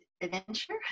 adventure